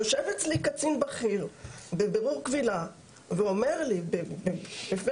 יושב אצלי קצין בכיר בבירור קבילה ואומר לי בפה